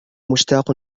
مشتاق